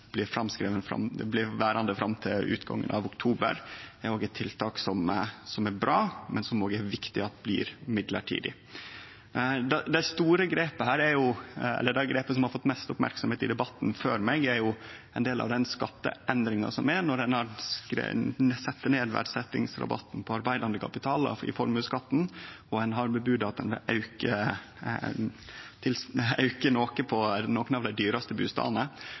blir verande fram til utgangen av oktober er òg eit tiltak som er bra, men som det også er viktig at blir mellombels. Det store grepet som har fått mest merksemd i debatten før meg, er den skatteendringa der ein har sett ned verdsetjingsrabatten på arbeidande kapital i formuesskatten, og ein har varsla at ein vil auke